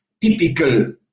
typical